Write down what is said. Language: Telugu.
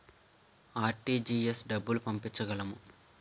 ఆర్.టీ.జి.ఎస్ డబ్బులు పంపించగలము?